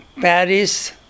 Paris